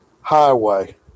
highway